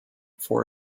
for